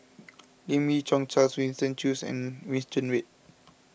Lim Yi Yong Charles Winston Choos and